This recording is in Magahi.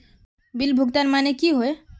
बिल भुगतान माने की होय?